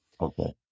Okay